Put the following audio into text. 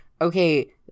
okay